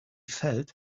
felt